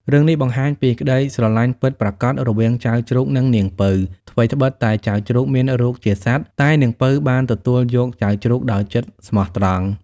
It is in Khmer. រឿងនេះបង្ហាញពីក្ដីស្រឡាញ់ពិតប្រាកដរវាងចៅជ្រូក និងនាងពៅ ថ្វីត្បិតតែចៅជ្រូកមានរូបជាសត្វ តែនាងពៅបានទទួលយកចៅជ្រូកដោយចិត្តស្មោះត្រង់។